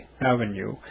Avenue